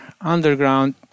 underground